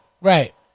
Right